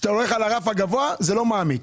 כשאתה הולך על הרף הגבוה זה לא מעמיק,